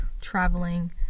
traveling